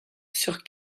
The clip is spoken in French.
sur